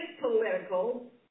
political